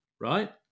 right